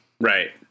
Right